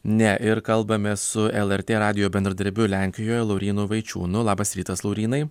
ne ir kalbamės su lrt radijo bendradarbiu lenkijoje laurynu vaičiūnu labas rytas laurynai